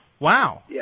Wow